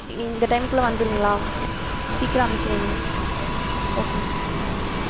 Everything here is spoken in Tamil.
இந்த டைம் குள்ளே வந்துருங்களா சீக்கிரம் அனுப்பிச்சி வைங்க ஓகே